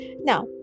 now